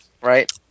Right